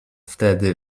wtedy